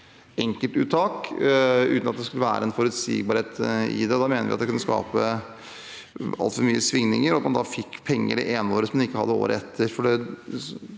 enkeltuttak og uten at det skulle være en forutsigbarhet i det. Vi mente det kunne skape altfor store svingninger – at man fikk penger det ene året som man ikke hadde året etter.